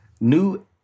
new